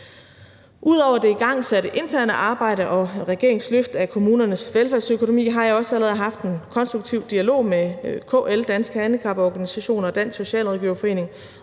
Ud over det igangsatte interne arbejde og regeringens løft af kommunernes velfærdsøkonomi har jeg også allerede haft en konstruktiv dialog med KL, Danske Handicaporganisationer og Dansk Socialrådgiverforening